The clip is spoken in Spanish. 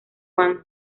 juan